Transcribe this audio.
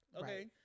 okay